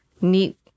neat